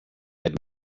had